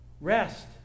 Rest